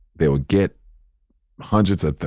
they'll get hundreds of,